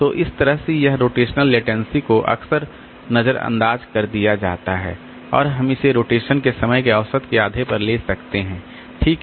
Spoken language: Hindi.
तो इस तरह से इस रोटेशनल लेटेंसी को अक्सर नजरअंदाज कर दिया जाता है और हम इसे रोटेशन समय के औसत के आधे पर ले सकते हैं ठीक है